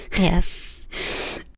Yes